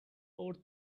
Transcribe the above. worth